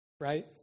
right